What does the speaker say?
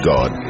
God